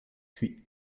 puis